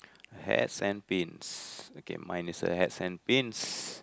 I had sand paints okay mine is a hat sand paints